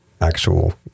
actual